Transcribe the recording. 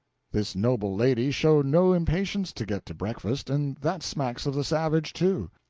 this noble lady showed no impatience to get to breakfast and that smacks of the savage, too.